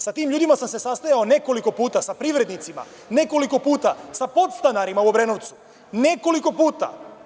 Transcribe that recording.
Sa tim ljudima sam se sastajao nekoliko puta, sa privrednicima nekoliko puta, sa podstanarima u Obrenovcu nekoliko puta.